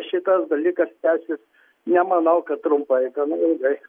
šitas dalykas tęsis nemanau kad trumpai gana ilgai